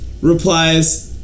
replies